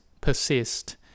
persist